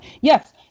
Yes